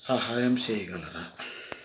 సహాయం చెయ్యగలరా